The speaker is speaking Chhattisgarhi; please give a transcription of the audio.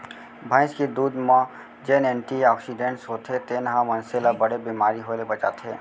भईंस के दूद म जेन एंटी आक्सीडेंट्स होथे तेन ह मनसे ल बड़े बेमारी होय ले बचाथे